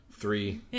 Three